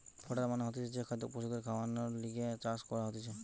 fodder মানে হতিছে যে খাদ্য পশুদের খাওয়ানর লিগে চাষ করা হতিছে